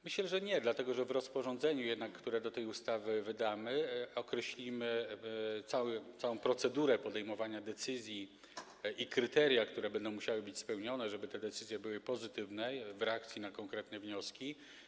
Myślę, że nie, dlatego że w rozporządzeniu jednak, które do tej ustawy wydamy, określimy całą procedurę podejmowania decyzji i kryteria, które będą musiały być spełnione, żeby te decyzje były pozytywne w reakcji na konkretne wnioski.